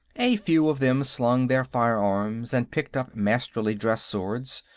a few of them slung their firearms and picked up masterly dress swords,